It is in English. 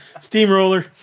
Steamroller